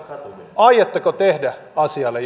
aiotteko tehdä asialle